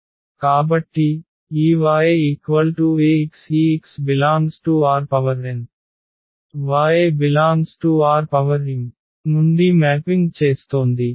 కాబట్టి ఈ y Ax ఈ x∈Rn y∈Rm నుండి మ్యాపింగ్ చేస్తోంది